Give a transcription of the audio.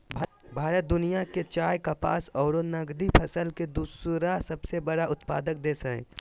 भारत दुनिया के चाय, कपास आरो नगदी फसल के दूसरा सबसे बड़ा उत्पादक देश हई